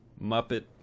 Muppet